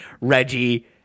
Reggie